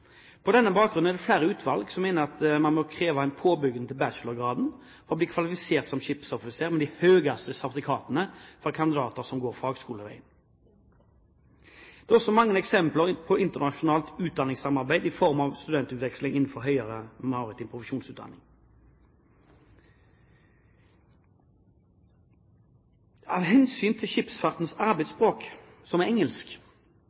På denne bakgrunn mener flere utvalg at det for kandidater som går fagskoleveien, bør kreves påbygging til bachelorgrad for å bli kvalifisert som skipsoffiser med de høyeste sertifikatene. Det er også mange eksempler på internasjonalt utdanningssamarbeid i form av studentutveksling innenfor høyere maritim profesjonsutdanning. Av hensyn til skipsfartens arbeidsspråk, som er engelsk,